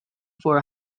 for